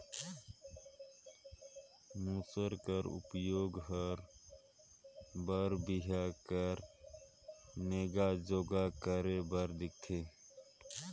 मूसर कर उपियोग हर बर बिहा कर नेग जोग करे बर दिखथे